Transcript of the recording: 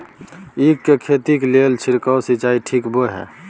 ईख के खेती के लेल छिरकाव सिंचाई ठीक बोय ह?